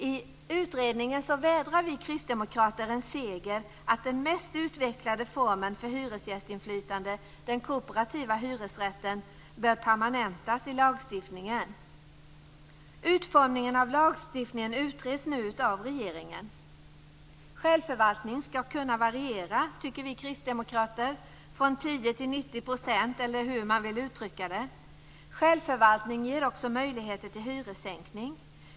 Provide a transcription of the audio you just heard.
I utredningen vädrar vi kristdemokrater en seger, att den mest utvecklade formen för hyresgästinflytande - den kooperativa hyresrätten - bör permanentas i lagstiftningen. Utformningen av lagstiftningen utreds nu av regeringen. Självförvaltning ska kunna variera från 10 till 90 %, eller hur man vill uttrycka det, tycker vi kristdemokrater. Självförvaltning ger också möjlighet till hyressänkning.